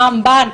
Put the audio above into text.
שם בנק,